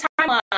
timeline